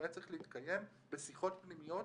הוא היה צריך להתקיים בשיחות פנימיות,